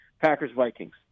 Packers-Vikings